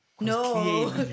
No